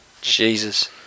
Jesus